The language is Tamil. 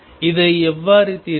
இதை எவ்வாறு தீர்ப்பது